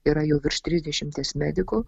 yra jau virš trisdešimties medikų